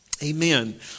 Amen